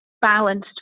balanced